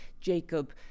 Jacob